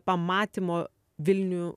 pamatymo vilnių